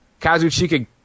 Kazuchika